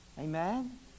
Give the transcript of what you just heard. Amen